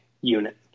unit